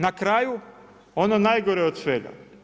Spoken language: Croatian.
Na kraju ono najgore od svega.